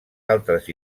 altres